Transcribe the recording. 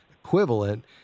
equivalent